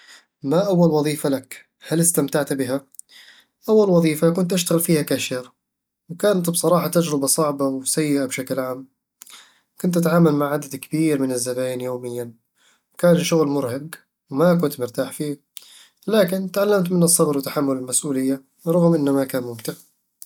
ما أول وظيفة لك؟ هل استمتعت بها؟ أول وظيفة كنت أشتغل فيها كاشير، وكانت بصراحة تجربة صعبة وسيئة بشكل عام كنت أتعامل مع عدد كبير من الزباين يوميًا، وكان الشغل مرهق وما كنت مرتاح فيه لكن تعلمت منه الصبر وتحمل المسؤولية، رغم أنه ما كان ممتع